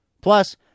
Plus